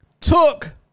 took